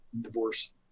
divorce